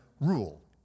rule